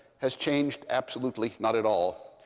has changed absolutely not at all.